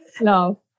No